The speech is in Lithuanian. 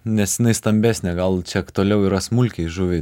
nes jinai stambesnė gal čia aktualiau yra smulkiai žuviai